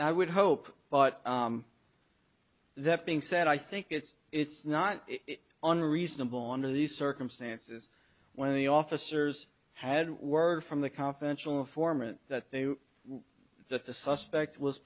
i would hope but that being said i think it's it's not unreasonable under these circumstances when the officers had word from the confidential informant that the suspect was